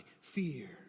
fear